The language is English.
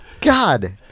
God